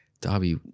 Dobby